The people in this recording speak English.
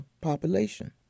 population